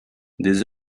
des